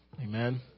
Amen